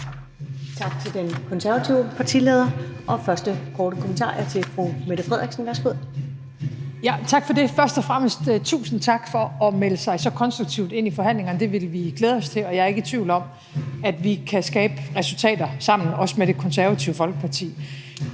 er til fru Mette Frederiksen. Værsgo. Kl. 15:16 Mette Frederiksen (S): Tak for det. Først og fremmest tusind tak for at melde sig så konstruktivt ind i forhandlingerne. Det vil vi glæde os til, og jeg er ikke i tvivl om, at vi kan skabe resultater sammen, også med Det Konservative Folkeparti.